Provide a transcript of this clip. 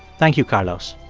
thank you, carlos